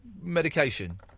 medication